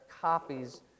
copies